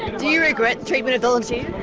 do you regret treatment of volunteers?